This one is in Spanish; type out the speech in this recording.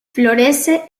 florece